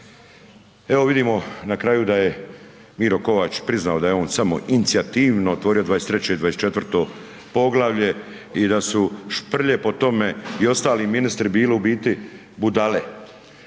evo vidimo na kraju da je Miro Kovač priznao da je on samoinicijativno otvorio 23. i 24. poglavlje i da su Šprlje po tome i ostali ministri bili u biti budale